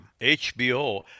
HBO